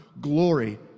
Glory